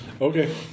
Okay